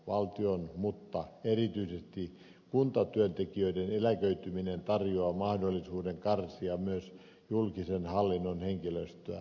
valtion työntekijöiden mutta erityisesti kuntatyöntekijöiden eläköityminen tarjoaa mahdollisuuden karsia myös julkisen hallinnon henkilöstöä